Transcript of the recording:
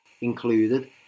included